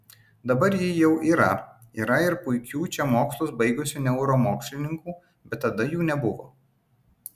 dabar ji jau yra yra ir puikių čia mokslus baigusių neuromokslininkų bet tada jų nebuvo